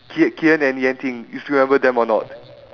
ki~ ki-en and yan-ting you still remember them or not